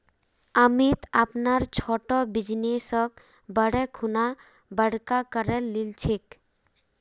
अमित अपनार छोटो बिजनेसक बढ़ैं खुना बड़का करे लिलछेक